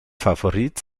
favorit